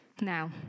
now